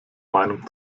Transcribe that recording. meinung